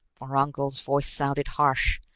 vorongil's voice sounded harsh,